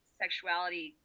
sexuality